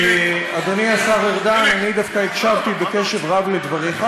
על התמיכה מקיר לקיר פה בבית הזה,